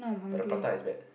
but the prata is bad